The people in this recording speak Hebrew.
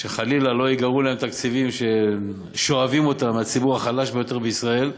שחלילה לא ייגרעו מהם תקציבים ששואבים מהציבור החלש ביותר בישראל.